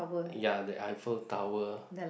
ya the Eiffel Tower